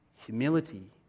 humility